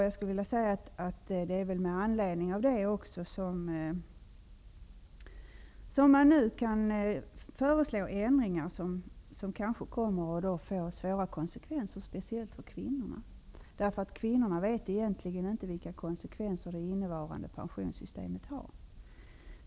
Jag skulle vilja säga att det är med anledning av det som man nu kan föreslå ändringar som kanske kommer att få svåra konsekvenser, speciellt för kvinnorna. För kvinnorna vet egentligen inte vilka konsekvenser det nuvarande pensionssystemet har.